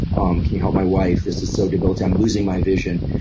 um can you help my wife this is so debilitating, i'm losing my vision.